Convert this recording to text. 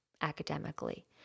academically